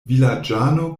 vilaĝano